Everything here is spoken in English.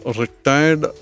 retired